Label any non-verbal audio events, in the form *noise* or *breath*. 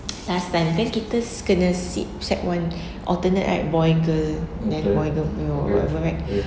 *noise* last time kan kita kena sit sec one *breath* alternate right boy and girl then boy girl or whatever right